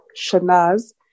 Shanaz